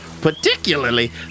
Particularly